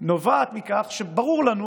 נובעת מכך שברור לנו